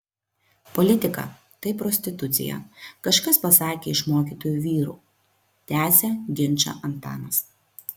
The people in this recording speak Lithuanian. politika tai prostitucija kažkas pasakė iš mokytų vyrų tęsia ginčą antanas